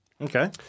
Okay